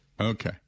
Okay